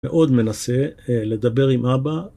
מאוד מנסה לדבר עם אבא.